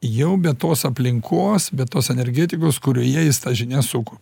jau be tos aplinkos be tos energetikos kurioje jis tas žinias suku